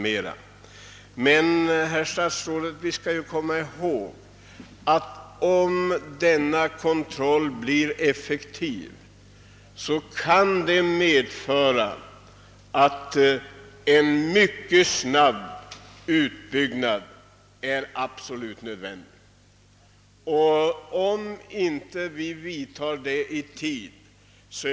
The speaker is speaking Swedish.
Men vi skall ju komma ihåg, herr statsråd, att om denna kontroll blir effektiv så kan det medföra att en mycket snabb utbyggnad av kontrollerad uppfödning av försöksdjur är absolut nödvändig.